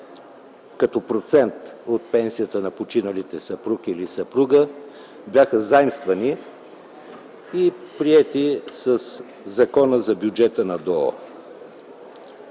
като процент от пенсията на починалите съпруг или съпруга, бяха заимствани и приети със Закона за бюджета на ДОО.